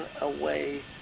away